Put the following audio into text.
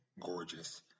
gorgeous